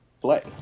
Play